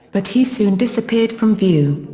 but he soon disappeared from view.